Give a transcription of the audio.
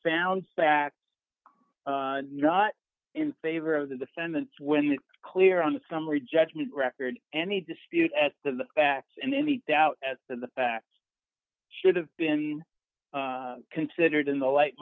found facts not in favor of the defendants when they clear on the summary judgment record any dispute at the facts and any doubt as in the facts should have been considered in the light